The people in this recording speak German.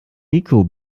niko